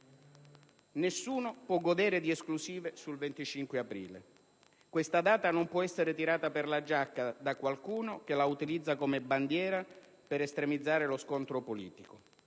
Nessuno può godere di esclusive sul 25 aprile. Questa data non può essere tirata per la giacca da qualcuno che la utilizza come bandiera per estremizzare lo scontro politico.